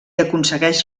aconsegueix